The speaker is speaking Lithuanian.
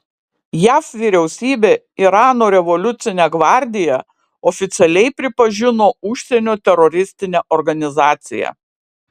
jav vyriausybė irano revoliucinę gvardiją oficialiai pripažino užsienio teroristine organizacija